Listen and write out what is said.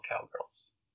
cowgirls